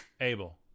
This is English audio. Abel